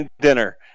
dinner